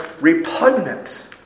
repugnant